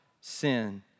sin